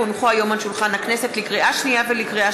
כי הונחו היום על שולחן הכנסת לקריאה שנייה ולקריאה